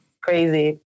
crazy